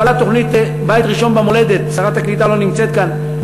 הפעלת תוכנית "בית ראשון במולדת" שרת הקליטה לא נמצאת כאן,